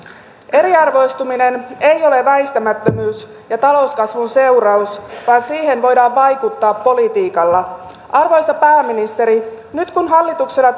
eriarvoistuminen ei ole väistämättömyys ja talouskasvun seuraus vaan siihen voidaan vaikuttaa politiikalla arvoisa pääministeri nyt kun hallituksella